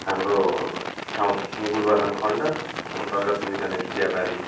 हाम्रो ठाउँ गुरबथान खण्डअन्तर्गत निखाने चियाबारी